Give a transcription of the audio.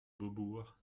beaubourg